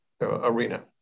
arena